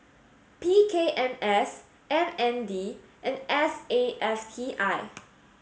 P K M S M N D and S A F T I